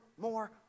more